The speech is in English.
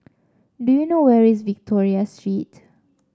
do you know where is Victoria Street